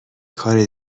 کار